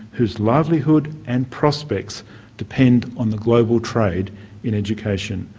whose livelihood and prospects depend on the global trade in education.